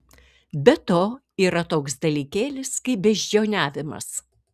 be to yra toks dalykėlis kaip beždžioniavimas